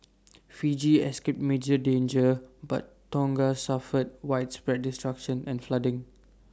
Fiji escaped major damage but Tonga suffered widespread destruction and flooding